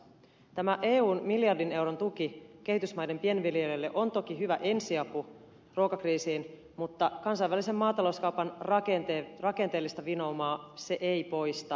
tämä eun miljardin euron tuki kehitysmaiden pienviljelijöille on toki hyvä ensiapu ruokakriisiin mutta kansainvälisen maatalouskaupan rakenteellista vinoumaa se ei poista